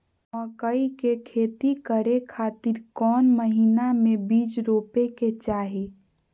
मकई के खेती करें खातिर कौन महीना में बीज रोपे के चाही?